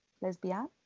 lesbian